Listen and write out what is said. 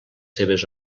seves